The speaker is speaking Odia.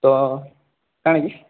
ତ କାଣା କି